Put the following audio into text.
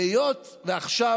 היות שעכשיו,